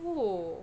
oo